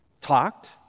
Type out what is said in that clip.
talked